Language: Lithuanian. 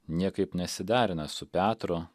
niekaip nesiderina su petro